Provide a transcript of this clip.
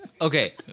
okay